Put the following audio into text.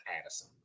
Addison